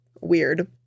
weird